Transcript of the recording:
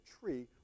tree